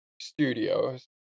studios